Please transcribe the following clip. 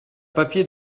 papier